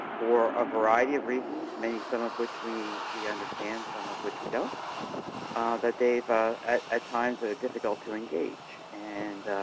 for a variety of reasons, maybe some of which we we understand, some of which we don't that they're ah at ah times ah difficult to engage. and